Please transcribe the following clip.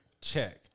check